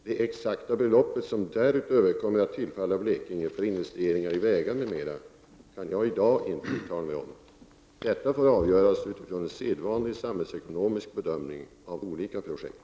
Det exakta beloppet som därutöver kommer att tillfalla Blekinge för investeringar i vägar m.m. kan jag i dag inte uttala mig om. Detta får avgöras utifrån en sedvanlig samhällsekonomisk bedömning av olika projekt.